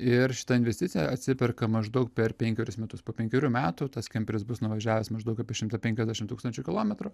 ir šita investicija atsiperka maždaug per penkerius metus po penkerių metų tas kemperis bus nuvažiavęs maždaug apie šimtą penkiasdešimt tūkstančių kilometrų